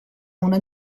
una